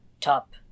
Top